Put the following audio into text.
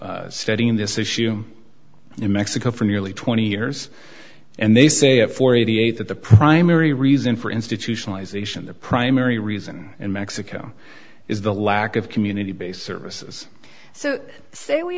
studying this issue in mexico for nearly twenty years and they say at forty eight that the primary reason for institutionalization the primary reason in mexico is the lack of community based services so